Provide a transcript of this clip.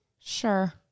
Sure